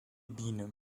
biene